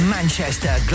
Manchester